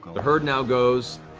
the herd now goes.